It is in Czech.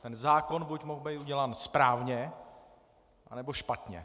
Ten zákon buď mohl být udělán správně, anebo špatně.